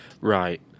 Right